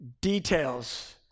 details